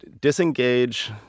Disengage